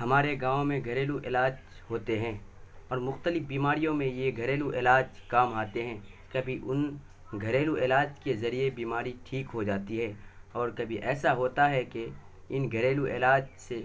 ہمارے گاؤں میں گھریلو علاج ہوتے ہیں اور مختلف بیماریوں میں یہ گھریلو علاج کام آتے ہیں کبھی ان گھریلو علاج کے ذریعے بیماری ٹھیک ہو جاتی ہے اور کبھی ایسا ہوتا ہے کہ ان گھریلو علاج سے